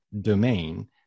domain